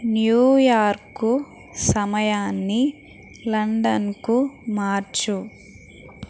New York సమయాన్ని లండన్కు మార్చు